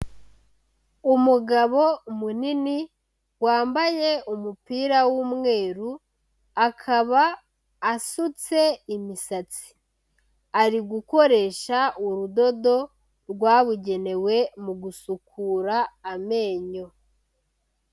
Umugabo munini, wambaye umupira w'umweru, akaba asutse imisatsi, ari gukoresha urudodo rwabugenewe mu gusukura amenyo.